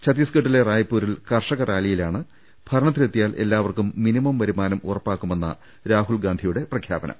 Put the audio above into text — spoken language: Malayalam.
ഛത്തീസ്ഗഡിലെ റായ്പൂരിൽ കർഷ കറാലിയിലാണ് ഭരണത്തിലെത്തിയാൽ എല്ലാവർക്കും മിനിമം വരുമാനം ഉറപ്പാക്കുമെന്ന രാഹുൽഗാന്ധിയുടെ പ്രഖ്യാപനം